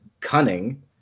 cunning